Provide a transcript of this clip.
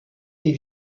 des